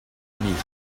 amic